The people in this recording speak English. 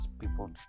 people